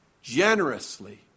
generously